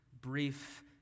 brief